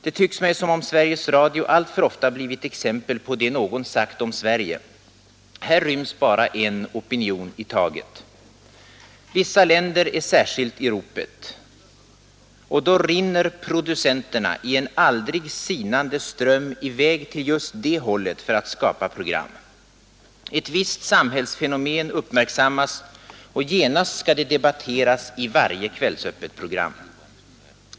Det tycks mig som om Sveriges Radio alltför ofta blivit exempel på det som någon sagt om Sverige: ”Här ryms bara en opinion i taget.” Vissa länder är särskilt i ropet, och då rinner producenterna i en aldrig sinande ström i väg åt just det hållet för att skapa program. Ett visst samhällsfenomen uppmärksammas, och genast skall det debatteras i varje Kvällsöppet-program.